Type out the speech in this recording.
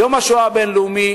יום השואה הבין-לאומי,